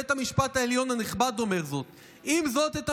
בית המשפט העליון הנכבד אומר זאת, "עם זאת, את